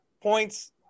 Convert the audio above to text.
points